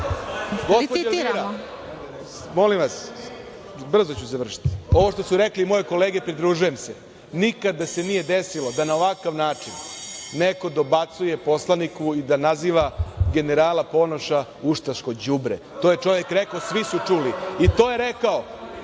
Aleksić** Molim vas, brzo ću završiti. Ovo što su rekle moje kolege, pridružujem se. Nikada se nije desilo da na ovakav način neko dobacuje poslaniku i da naziva generala Ponoša ustaško đubre. To je čovek rekao, svi su čuli, i to je rekao